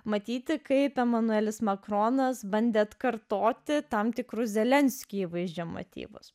matyti kaip emanuelis makronas bandė atkartoti tam tikrus zelenskiui įvaizdžio motyvus